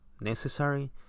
necessary